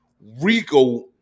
Rico